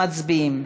מצביעים.